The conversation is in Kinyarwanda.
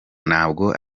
ntabwo